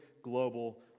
Global